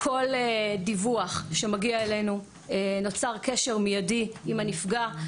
כל דיווח שמגיע אלינו, נוצר קשר מיידי עם הנפגע.